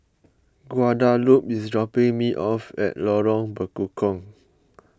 Guadalupe is dropping me off at Lorong Bekukong